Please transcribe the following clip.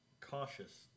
cautious